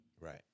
Right